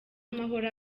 amahoro